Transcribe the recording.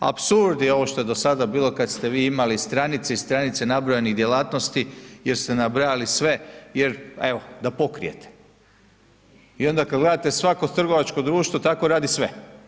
Apsurd je ovo što je do sada bilo kad ste vi imali stranice i stranice nabrojanih djelatnosti jer ste nabrajali sve, jer evo da pokrijete i onda kad gledate svako trgovačko društvo tako radi sve.